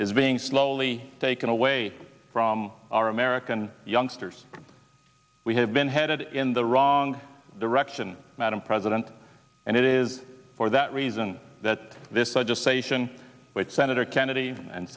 is being slowly taken away from our american youngsters we have been headed in the wrong direction madam president and it is for that reason that this i just sation with senator kennedy and